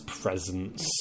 presence